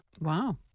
Wow